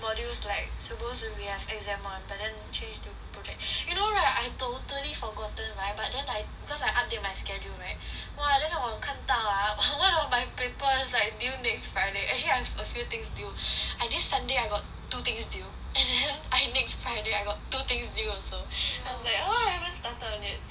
modules like suppose to be have exam [one] but then change to project you know right I totally forgotten right but then cause I update my schedule right !wah! then 我看到 ah one of my papers right is due this friday actually I have a few things due this sunday I got two things due and then by next friday I have two things due also !wah! I haven't started eh